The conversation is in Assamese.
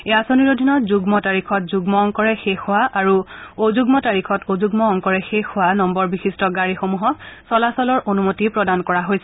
এই অাঁচনিৰ অধীনত যুগ্ম তাৰিখত যুগ্ম অংকৰে শেষ হোৱা আৰু অযুগ্ম তাৰিখত অযুগ্ম অংকৰে শেষ হোৱা নম্বৰবিশিষ্ট গাড়ীসমূহক চলাচলৰ অনুমতি প্ৰদান কৰা হৈছে